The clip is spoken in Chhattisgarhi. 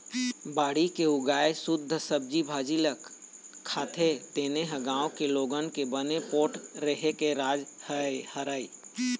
बाड़ी के उगाए सुद्ध सब्जी भाजी ल खाथे तेने ह गाँव के लोगन के बने पोठ रेहे के राज हरय